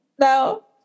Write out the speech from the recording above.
No